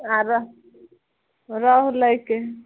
आओर रहु रौहु लैके हए